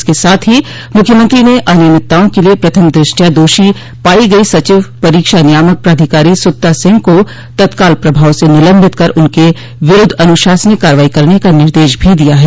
इसके साथ ही मुख्यमंत्री ने अनियमितताओं के लिए प्रथम दृष्टया दोषी पाई गई सचिव परीक्षा नियामक प्राधिकारी सुत्ता सिंह को तत्काल प्रभाव से निलम्बित कर उनके विरूद्व अनुशासनिक कार्रवाई करने का निर्देश भी दिया है